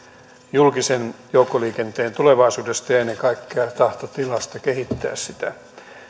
julkisen joukkoliikenteen tulevaisuudesta ja ennen kaikkea tahtotilasta kehittää sitä